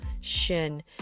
Shin